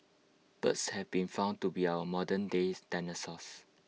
birds have been found to be our modernday dinosaurs